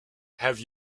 have